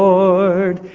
Lord